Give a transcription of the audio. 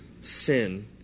sin